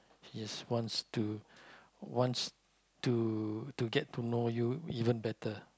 she just wants to wants to to get to know you even better